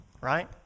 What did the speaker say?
Right